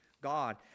God